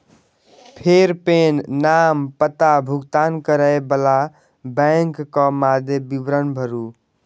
फेर पेन, नाम, पता, भुगतान करै बला बैंकक मादे विवरण भरू